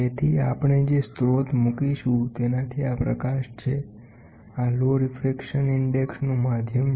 તેથી આપણે જે સ્રોત મૂકીશું તેનાથી આ પ્રકાશ છે આ લો રીફ્રેક્શન ઇન્ડેક્સનું માધ્યમ છે